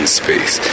space